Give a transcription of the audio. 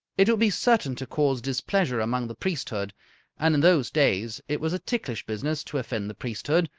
it would be certain to cause displeasure among the priesthood and in those days it was a ticklish business to offend the priesthood,